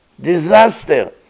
disaster